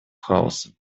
хаоса